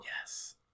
Yes